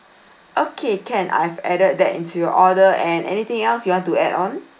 okay can I've added that into your order and anything else you want to add on